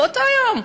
באותו יום.